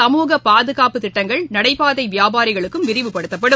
சமூக பாதுகாப்புத்திட்டங்கள் நடைபாதை வியாபாரிகளுக்கும் விரிவுபடுத்தப்படும்